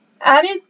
added